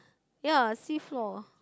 ya sea floor